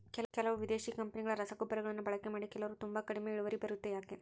ಕೆಲವು ವಿದೇಶಿ ಕಂಪನಿಗಳ ರಸಗೊಬ್ಬರಗಳನ್ನು ಬಳಕೆ ಮಾಡಿ ಕೆಲವರು ತುಂಬಾ ಕಡಿಮೆ ಇಳುವರಿ ಬರುತ್ತೆ ಯಾಕೆ?